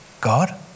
God